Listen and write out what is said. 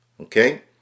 Okay